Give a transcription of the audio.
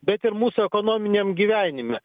bet ir mūsų ekonominiam gyvenime